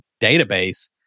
database